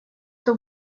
что